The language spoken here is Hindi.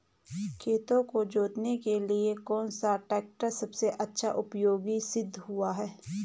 खेतों को जोतने के लिए कौन सा टैक्टर सबसे अच्छा उपयोगी सिद्ध हुआ है?